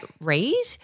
read